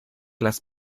las